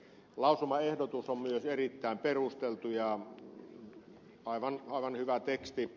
lausumaehdotus on myös erittäin perusteltu ja aivan hyvä teksti